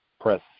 Press